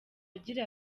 agira